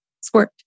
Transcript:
squirt